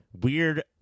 weird